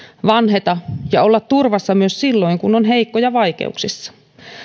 vanheta ja olla turvassa myös silloin kun on heikko ja vaikeuksissa